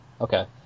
Okay